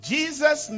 Jesus